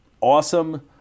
awesome